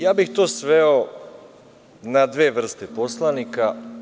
Ja bih to sveo na dve vrste poslanika.